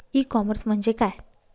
E commerce म्हणजे काय?